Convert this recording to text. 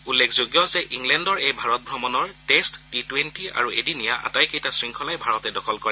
উল্লেখযোগ্য যে ইংলেণ্ডৰ এই ভাৰত ভ্ৰমণৰ টেষ্ট টি টুৱেণ্টি আৰু এদিনীয়া আটাইকেইটা শৃংখলাই ভাৰতে দখল কৰে